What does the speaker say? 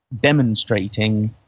demonstrating